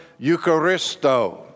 Eucharisto